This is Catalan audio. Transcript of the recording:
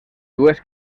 dues